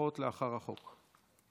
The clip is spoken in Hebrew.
ברכות לאחר החוק.